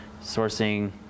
sourcing